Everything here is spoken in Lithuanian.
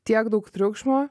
tiek daug triukšmo